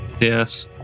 Yes